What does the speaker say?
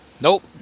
Nope